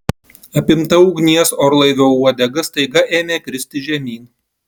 apimta ugnies orlaivio uodega staiga ėmė kristi žemyn